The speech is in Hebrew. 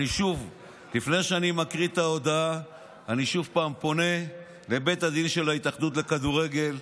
לפני שאני מקריא את ההודעה אני שוב פונה לבית הדין של ההתאחדות לכדורגל.